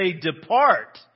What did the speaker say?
depart